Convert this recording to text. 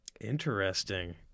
Interesting